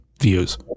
views